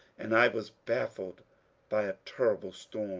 and i was bafised by a terrible